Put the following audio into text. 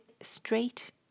straight